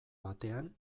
batean